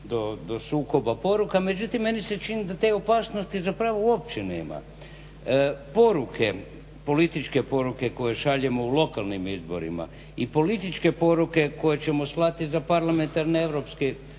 do sukoba poruka, međutim meni se čini da te opasnosti zapravo uopće nema. Političke poruke koje šaljemo u lokalnim izborima i političke poruke koje ćemo slati za parlamentarne europske